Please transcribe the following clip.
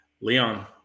Leon